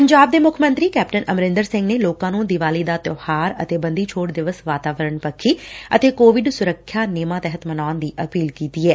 ਪੰਜਾਬ ਦੇ ਮੁੱਖ ਮੰਤਰੀ ਕੈਪਟਨ ਅਮਰਿੰਦਰ ਸਿੰਘ ਨੇ ਲੋਕਾਂ ਨੂੰ ਦੀਵਾਲੀ ਦਾ ਤਿਉਹਾਰ ਅਤੇ ਬੰਦੀ ਛੋਤ ਦਿਵਸ ਵਾਤਾਵਰਨ ਪੱਖੀ ਅਤੇ ਕੋਵਿਡ ਸੁਰੱਖਿਆ ਨੇਮਾਂ ਤਹਿਤ ਮਨਾਉਣ ਦੀ ਅਪੀਲ ਕੀਤੀ ਐ